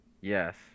Yes